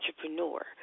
entrepreneur